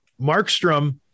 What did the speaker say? Markstrom